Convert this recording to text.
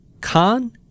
Khan